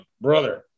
brother